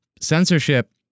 Censorship